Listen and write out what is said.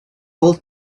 old